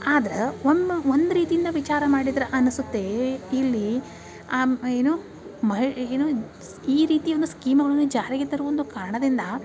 ಆದ್ರೆ ಒಮ್ಮೆ ಒಂದು ರೀತಿಯಿಂದ ವಿಚಾರ ಮಾಡಿದ್ರೆ ಅನಿಸುತ್ತೆ ಇಲ್ಲಿ ಏನು ಮಹಿ ಏನು ಈ ರೀತಿಯ ಒಂದು ಸ್ಕೀಮನ್ನು ಜಾರಿಗೆ ತರುವ ಒಂದು ಕಾರಣದಿಂದ